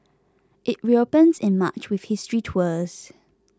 it reopens in March with history tours